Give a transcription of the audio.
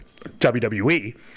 WWE